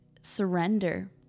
surrender